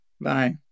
bye